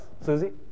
Susie